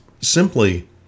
simply